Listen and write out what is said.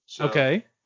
Okay